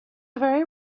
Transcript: very